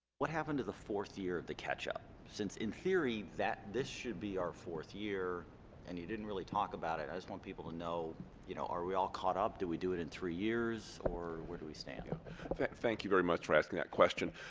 what happened to the fourth year of the catch up since in theory that this should be our fourth year and you didn't really talk about it i just want people know you know are we all caught up that we do it in three years or where do we stand okay thank you very much for asking that question